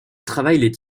travaillaient